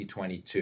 2022